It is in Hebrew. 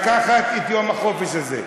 לא משתתף בפריימריז ביום זה וזה.